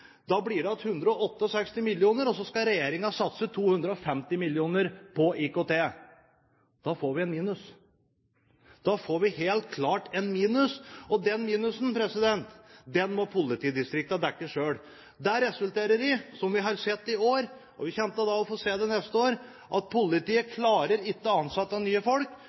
Da blir det igjen 168 mill. kr, og så skal regjeringen satse 250 mill. kr på IKT. Da går vi helt klart i minus, og den minusen må politidistriktene dekke selv. Det resulterer i, som vi har sett i år, og vi kommer til å få se det neste år, at politiet ikke klarer å ansette nye folk.